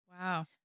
Wow